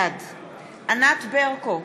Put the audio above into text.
בעד ענת ברקו,